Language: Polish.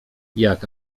jak